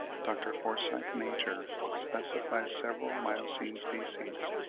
dr. forsyth major specifies several miocene species,